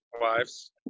wives